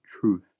truth